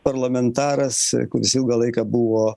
parlamentaras kuris ilgą laiką buvo